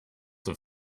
have